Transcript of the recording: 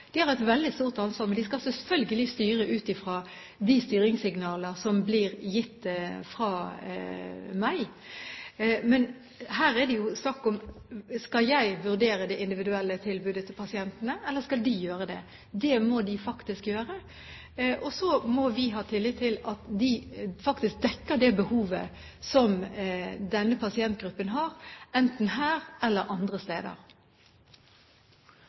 de skal selvfølgelig styre ut fra de styringssignaler som blir gitt fra meg. Men her er det jo snakk om om jeg skal vurdere det individuelle tilbudet til pasienten, eller om de regionale helseforetakene skal gjøre det. Det må de gjøre, og så må vi ha tillit til at de faktisk dekker det behovet som denne pasientgruppen har, enten her eller andre steder.